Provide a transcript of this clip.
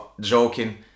joking